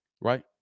Right